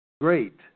Great